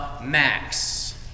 max